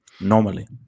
normally